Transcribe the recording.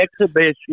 exhibition